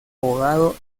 abogado